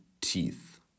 teeth